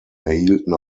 erhielten